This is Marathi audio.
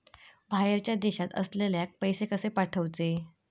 बाहेरच्या देशात असलेल्याक पैसे कसे पाठवचे?